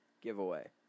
giveaway